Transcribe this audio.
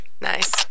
Nice